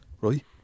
Right